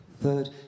Third